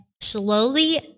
slowly